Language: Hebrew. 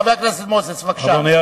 חבר הכנסת מוזס, בבקשה.